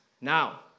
Now